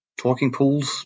Talkingpools